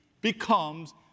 becomes